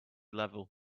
level